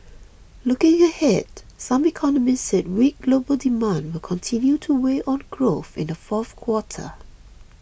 looking ahead some economists said weak global demand will continue to weigh on growth in the fourth quarter